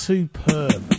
Superb